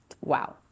wow